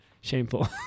shameful